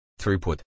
Throughput